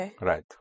Right